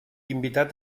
invitat